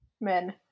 men